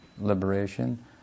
liberation